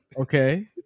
Okay